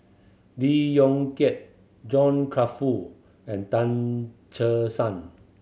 Lee Yong Kiat John Crawfurd and Tan Che Sang